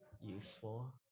useful